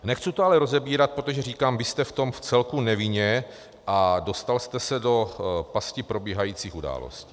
Nechci to ale rozebírat, protože říkám, vy jste v tom vcelku nevinně a dostal jste se do pasti probíhajících událostí.